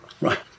right